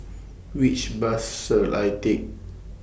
Which Bus should I Take